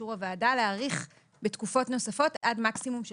דרישה מאוד ברורה להאריך את הוראת השעה כדי ש